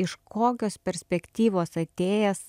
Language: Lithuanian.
iš kokios perspektyvos atėjęs